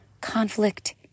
conflict